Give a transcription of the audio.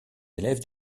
élèves